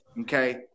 okay